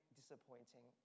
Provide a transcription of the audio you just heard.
disappointing